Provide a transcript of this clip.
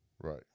Right